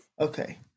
Okay